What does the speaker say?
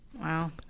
Wow